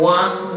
one